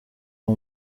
uwo